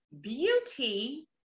Beauty